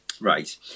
Right